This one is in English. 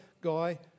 guy